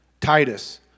Titus